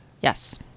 yes